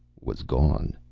was gone.